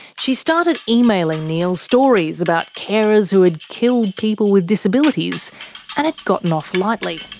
she started emailing neil stories about carers who had killed people with disabilities and had gotten off lightly.